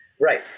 Right